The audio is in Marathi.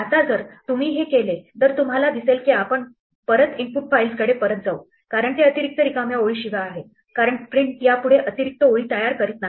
आता जर तुम्ही हे केले तर तुम्हाला दिसेल की आम्ही परत इनपुट फाईल्सकडे परत जाऊ कारण ते अतिरिक्त रिकाम्या ओळींशिवाय आहे कारण प्रिंट यापुढे या अतिरिक्त ओळी तयार करत नाही